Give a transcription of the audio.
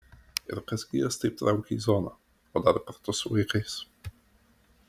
ir kas gi jas taip traukia į zoną o dar kartu su vaikais